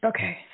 Okay